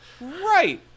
right